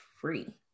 free